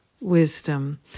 wisdom